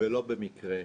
ולא במקרה אחד.